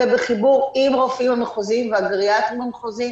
ובחיבור עם הרופאים המחוזיים והגריאטריים המחוזיים,